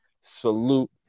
Salute